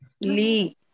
Lee